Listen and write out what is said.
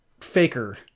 faker